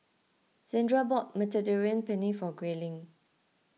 Zandra bought Mediterranean Penne for Grayling